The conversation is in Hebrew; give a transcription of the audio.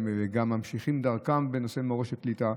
וגם ממשיכים את דרכם בנושא מורשת הפליטה.